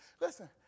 Listen